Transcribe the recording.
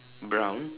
brown